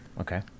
Okay